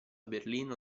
berlino